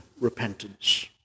repentance